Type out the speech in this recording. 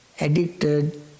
addicted